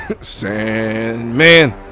Sandman